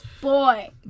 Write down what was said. Boy